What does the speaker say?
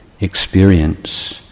experience